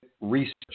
Research